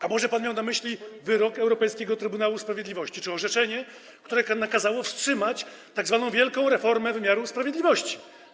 A może miał pan na myśli wyrok Europejskiego Trybunału Sprawiedliwości czy orzeczenie, które nakazało wstrzymać tzw. wielką reformę wymiaru sprawiedliwości?